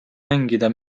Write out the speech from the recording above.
mängida